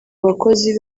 bakozi